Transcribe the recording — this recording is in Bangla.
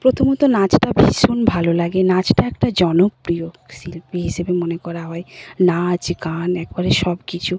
প্রথমত নাচটা ভীষণ ভালো লাগে নাচটা একটা জনপ্রিয় শিল্পী হিসেবে মনে করা হয় নাচ গান একবারে সব কিছু